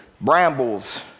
brambles